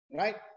right